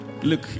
Look